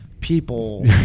people